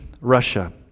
Russia